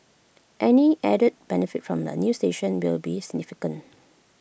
any added benefit from A new station will be significant